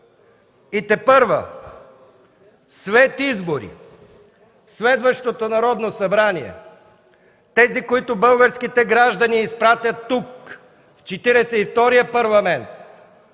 И тепърва – след изборите, следващото Народно събрание, тези, които българските граждани изпратят тук, в Четиридесет